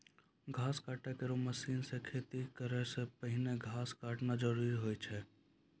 घास काटै केरो मसीन सें खेती करै सें पहिने घास काटना जरूरी होय छै?